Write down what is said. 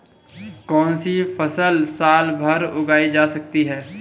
कौनसी फसल साल भर उगाई जा सकती है?